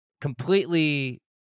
completely